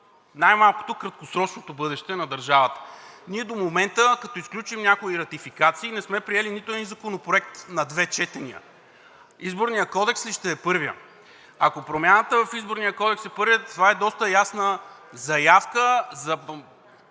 най-малкото, краткосрочното бъдеще на държавата. Ние до момента, като изключим някои ратификации, не сме приели нито един законопроект на две четения. Изборният кодекс ли ще е първият? Ако промяната в Изборния кодекс е първият, това е доста ясна заявка за